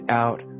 out